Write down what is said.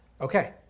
Okay